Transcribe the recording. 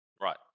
right